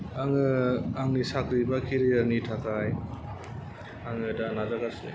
आङो आंनि साख्रि बा केरियार नि थाखाय आङो दा नाजागासिनो